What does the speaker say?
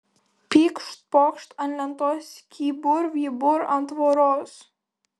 pykšt pokšt ant lentos kybur vybur ant tvoros